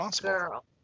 girl